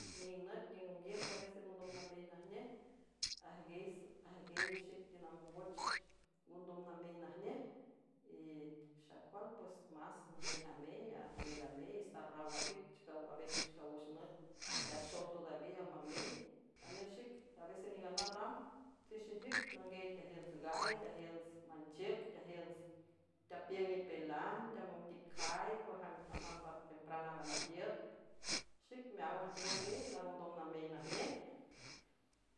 Niüng nüt niüng nonguijts avese ngondom namey najnej ajguiey xic tenamongoch ngondom namey najnej y xecual pues más najnej amey amel amey starraw ajiüc aves ichcaw wüx nüt teaxoj to david almamey nganüy xic aves e niünganaj ram tsixijiüc nanguiey teajiünts gay teajiünts manchiüc teajiünts teapiüng nipelan teamonticay cueajan jamamb tempranara najiüt xic meáwan tinanguiey langondom namey najnej.